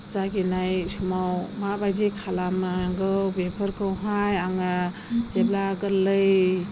जागिनाय समाव माबायदि खालामनांगौ बेफोरखौहाय आङो जेब्ला गोरलै